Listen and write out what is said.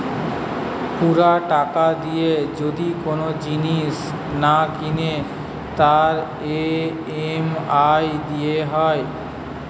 পুরা টাকা দিয়ে যদি কোন জিনিস না কিনে তার ই.এম.আই দিতে হয়